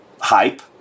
hype